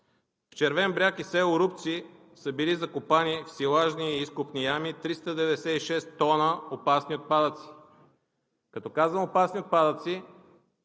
В Червен бряг и село Рупци са били закопани в силажни изкопни ями 396 тона опасни отпадъци. Като казвам „опасни отпадъци“